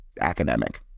academic